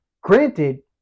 granted